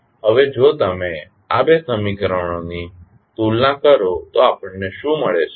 હવે જો તમે આ બે સમીકરણોની તુલના કરો તો આપણને શું મળે છે